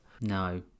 No